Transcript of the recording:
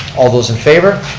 all those in favor.